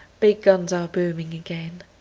big guns are booming again.